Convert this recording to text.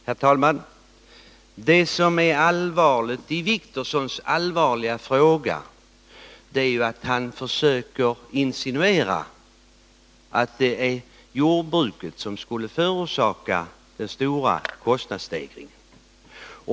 Herr talman! Det som är allvarligt i Åke Wictorssons allvarliga fråga är att han försöker insinuera att det är jordbruket som skulle förorsaka den stora kostnadsstegringen.